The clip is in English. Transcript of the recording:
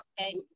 Okay